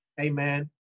amen